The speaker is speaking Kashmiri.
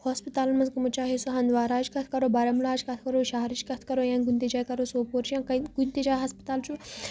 ہسپَتالَن منٛز گٔمٕژ چاہے سُہ ہندوارا ہٕچ کَتھ کرو بارہمولہ ہٕچ کَتھ کرو شہرٕچ کَتھ کرو یا کُنہِ تہِ جایہِ کرو سوپورٕچ یا کُنہِ تہِ جایہِ ہسپَتال چھُ